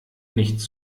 nichts